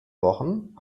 wochen